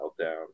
meltdown